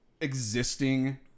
existing